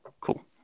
Cool